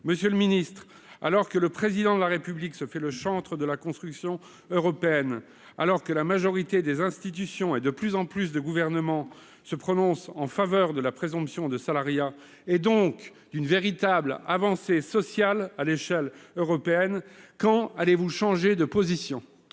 Monsieur le ministre du travail, alors que le Président de la République se fait le chantre de la construction européenne, alors que la majorité des institutions et de plus en plus de gouvernements se prononcent en faveur de la présomption de salariat, et donc d'une véritable avancée sociale à l'échelle européenne, quand allez-vous changer de position ?